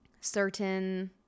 certain